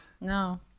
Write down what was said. No